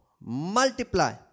multiply